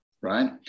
right